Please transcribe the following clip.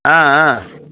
ஆ ஆ